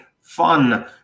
fun